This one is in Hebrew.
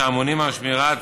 שאמונים על שמירת